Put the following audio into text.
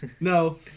no